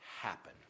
happen